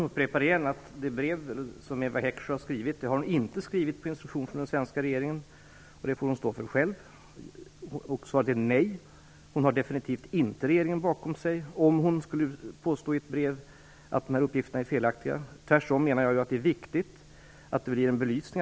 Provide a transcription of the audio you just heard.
Herr talman! Jag upprepar igen att Eva Heckscher inte har skrivit sitt brev på instruktion från den svenska regeringen. Det får hon stå för själv. Hon har definitivt inte regeringen bakom sig om hon i ett brev påstår att uppgifterna är felaktiga. Tvärtom menar jag att det är viktigt att det sker en belysning.